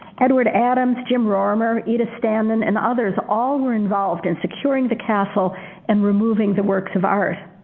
edward adams, jim rorimer, edith standen, and others all were involved in securing the castle and removing the works of art.